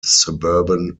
suburban